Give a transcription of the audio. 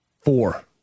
Four